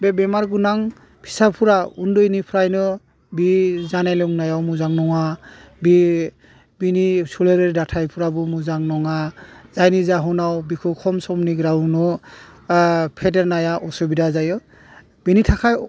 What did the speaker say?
बे बेमार गोनां फिसाफोरा उन्दैनिफ्रायनो बि जानाय लोंनायाव मोजां नङा बे बिनि सोलेरारि दाथाइफ्राबो मोजां नङा जायनि जाहोनाव बिखौ खम समनि गेजेरावनो फेदेरनाया असुबिदा जायो बिनि थाखाय